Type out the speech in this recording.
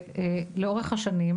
לאורך השנים,